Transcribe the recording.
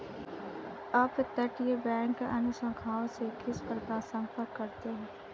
अपतटीय बैंक अन्य शाखाओं से किस प्रकार संपर्क करते हैं?